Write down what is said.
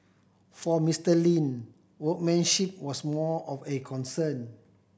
for Mister Lin workmanship was more of a concern